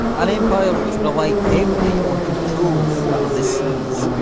an empire which relied heavily on control over the seas.